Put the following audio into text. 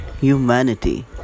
humanity